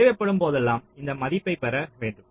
தேவைப்படும் போதெல்லாம் அந்த மதிப்புகளைப் பெற வேண்டும்